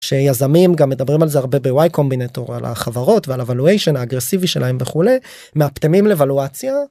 שיזמים גם מדברים על זה הרבה בוואי קומבינטור על החברות ועל valuation אגרסיבי שלהם וכולי מהפתמים לוולואציה.